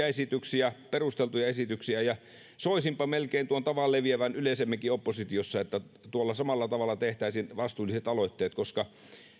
esityksiä perusteltuja esityksiä soisinpa melkein tuon tavan leviävän yleisemminkin oppositiossa että tuolla samalla tavalla tehtäisiin vastuulliset aloitteet koska